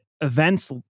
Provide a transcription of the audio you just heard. events